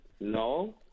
no